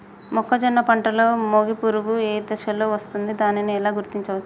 మొక్కజొన్న పంటలో మొగి పురుగు ఏ దశలో వస్తుంది? దానిని ఎలా గుర్తించవచ్చు?